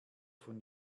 von